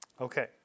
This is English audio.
Okay